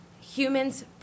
humans